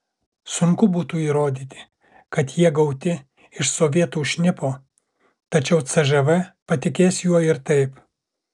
sunku būtų įrodyti kad jie gauti iš sovietų šnipo tačiau cžv patikės juo ir taip